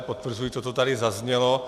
Potvrzuji to, co tady zaznělo.